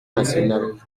nationale